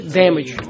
damage